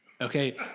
okay